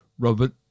Robert